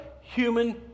human